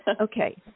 Okay